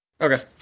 okay